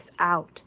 out